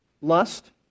lust